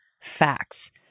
facts